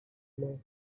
know